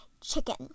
chicken